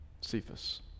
Cephas